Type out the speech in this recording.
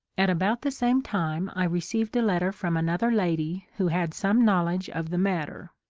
at about the same time i received a letter from another lady who had some knowledge of the matter.